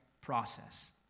process